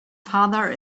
father